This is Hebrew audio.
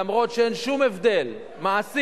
למרות שאין שום הבדל מעשי